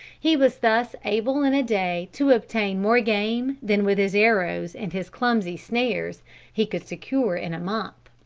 he was thus able in a day to obtain more game than with his arrows and his clumsy snares he could secure in a month.